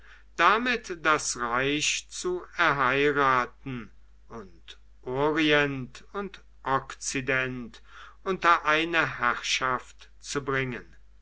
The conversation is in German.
damit das reich zu erheiraten und orient und okzident unter eine herrschaft zu bringen